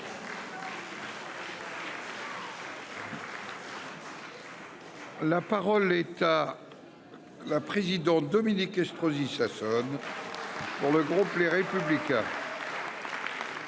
La parole est à Mme Dominique Estrosi Sassone, pour le groupe Les Républicains.